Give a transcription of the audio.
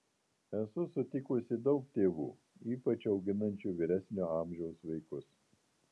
esu sutikusi daug tėvų ypač auginančių vyresnio amžiaus vaikus